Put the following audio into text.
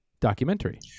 documentary